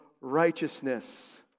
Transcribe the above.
righteousness